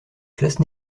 classe